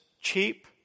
cheap